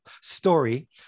story